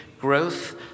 growth